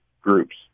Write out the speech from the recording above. groups